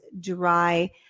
dry